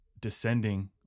descending